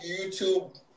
YouTube